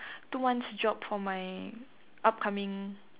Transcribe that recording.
two month's job for my upcoming